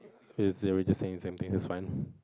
it's saying the same thing it's fine